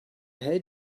hate